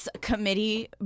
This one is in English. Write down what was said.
committee